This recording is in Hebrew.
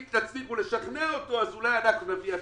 אם תצליחו לשכנע אותו אז הוא לא ידע כי הוא מביא הצעה.